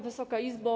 Wysoka Izbo!